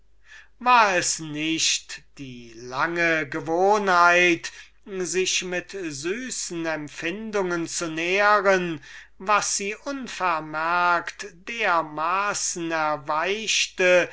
war es nicht die lange gewohnheit sich mit süßen empfindungen zu nähren was sie unvermerkt erweichte